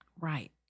Right